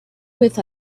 with